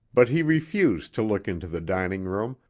but he refused to look into the dining room,